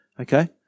Okay